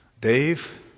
Dave